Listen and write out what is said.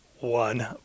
One